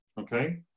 okay